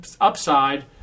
upside